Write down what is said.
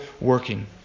working